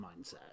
mindset